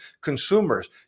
Consumers